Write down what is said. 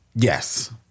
Yes